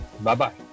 Bye-bye